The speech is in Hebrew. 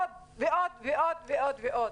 עוד ועוד ועוד ועוד.